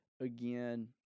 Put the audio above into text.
again